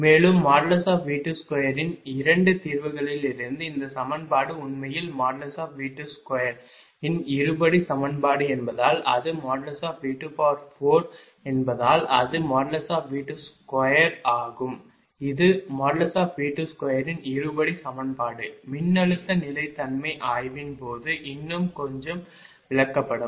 மேலும் V22 இன் 2 தீர்வுகளிலிருந்து இந்த சமன்பாடு உண்மையில் V22 இன் இருபடி சமன்பாடு என்பதால் அது V24 என்பதால் அது V22 ஆகும் இது V22 இன் இருபடி சமன்பாடு மின்னழுத்த நிலைத்தன்மை ஆய்வின் போது இன்னும் கொஞ்சம் விளக்கப்படும்